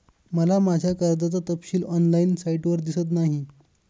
मला माझ्या कर्जाचा तपशील ऑनलाइन साइटवर दिसत नाही